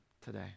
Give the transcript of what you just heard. today